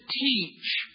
teach